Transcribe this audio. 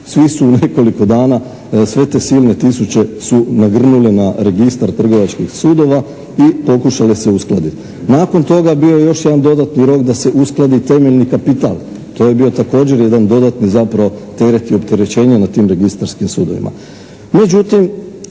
svi su u nekoliko dana sve te silne tisuće su nagrnule na registar trgovačkih sudova i pokušale se uskladiti. Nakon toga bio je još jedan dodatni rok da se uskladi temeljni kapital. To je bio također jedan dodatni zapravo teret i opterećenje na tim registarskim sudovima.